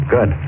Good